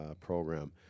program